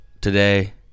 today